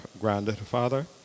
grandfather